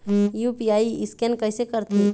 UPI scan कइसे करथे?